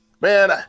man